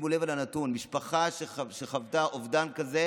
שימו לב לנתון: משפחה שחוותה אובדן כזה